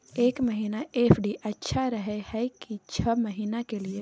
एक महीना एफ.डी अच्छा रहय हय की छः महीना के लिए?